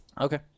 Okay